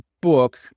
book